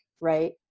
right